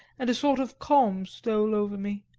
and a sort of calm stole over me.